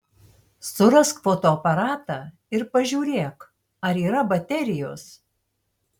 surask fotoaparatą ir pažiūrėk ar yra baterijos